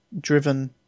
driven